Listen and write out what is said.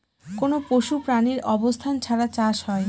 কোনো পশু প্রাণীর অবস্থান ছাড়া চাষ হয়